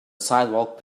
sidewalk